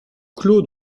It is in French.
clos